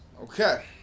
Okay